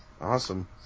Awesome